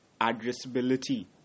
addressability